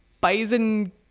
bison